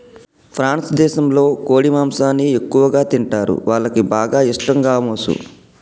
France దేశంలో కోడి మాంసాన్ని ఎక్కువగా తింటరు, వాళ్లకి బాగా ఇష్టం గామోసు